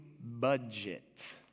budget